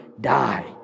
die